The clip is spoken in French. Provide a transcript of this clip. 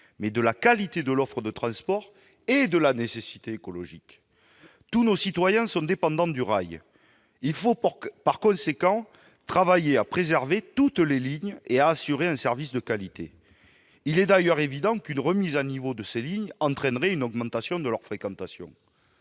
mais de la qualité de l'offre de transports et de la nécessité écologique. Tous nos citoyens sont dépendants du rail. Il faut par conséquent travailler à préserver toutes les lignes et à assurer un service de qualité. Il est d'ailleurs évident qu'une remise à niveau de ces lignes entraînerait une augmentation de leur fréquentation.